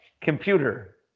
Computer